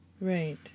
Right